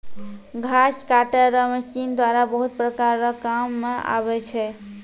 घास काटै रो मशीन द्वारा बहुत प्रकार रो काम मे आबै छै